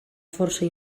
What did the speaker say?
força